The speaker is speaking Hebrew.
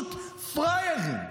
פשוט פראיירים.